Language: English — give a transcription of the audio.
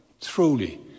truly